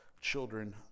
children